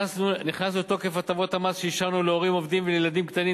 נכנסו לתוקף הטבות המס שאישרנו להורים עובדים ולילדים קטנים,